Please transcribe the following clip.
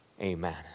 Amen